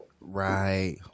Right